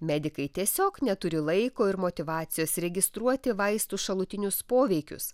medikai tiesiog neturi laiko ir motyvacijos registruoti vaistų šalutinius poveikius